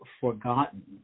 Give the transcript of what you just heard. forgotten